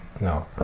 No